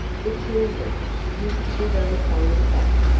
the children used to be very fond of that,